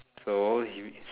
so huge